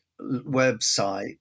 website